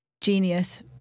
genius